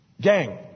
Gang